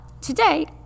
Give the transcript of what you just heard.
today